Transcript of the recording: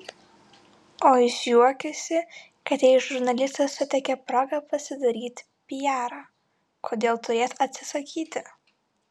o jis juokiasi kad jei žurnalistas suteikė progą pasidaryti piarą kodėl turėjęs atsisakyti